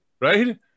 Right